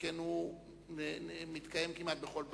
שכן הוא מתקיים כמעט בכל בית.